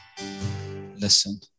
Listen